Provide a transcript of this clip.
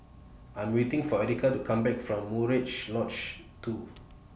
I'm waiting For Erica to Come Back from Murai Lodge two